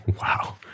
wow